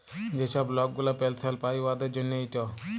যে ছব লক গুলা পেলসল পায় উয়াদের জ্যনহে ইট